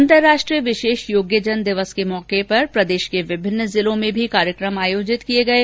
अन्तराष्ट्रीय विशेष योग्यजन दिवस के मौके पर प्रदेश के विभिन्न जिलों में कार्यक्रम आयोजित किये गये